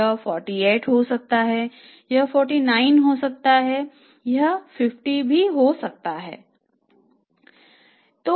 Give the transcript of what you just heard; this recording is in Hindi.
यह 48 हो सकता है यह 49 हो सकता है यह 50 हो सकता है यह 45 हो सकता है